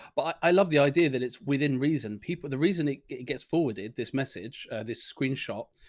but i love the idea that it's within reason. people, the reason it, it gets forwarded, this message, this screenshot,